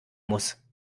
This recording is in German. muss